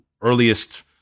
earliest